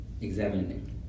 examining